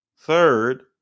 third